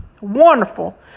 wonderful